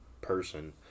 person